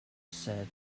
said